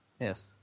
Yes